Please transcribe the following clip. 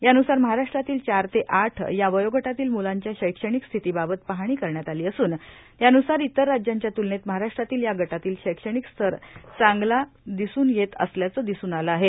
याबुसार महाराष्ट्रातील चार ते आठ या वयोगद्यतील मुलांच्या शैक्षणिक स्थितीबाबत पाहणी करण्यात आली असून यावुसार इतर राज्यांच्या तुलवेत महाराष्ट्रातील या गदवतील शैक्षणिक स्तर चांगला असल्याचं दिसून आलं आहे